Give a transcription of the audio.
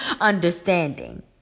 understanding